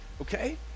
okay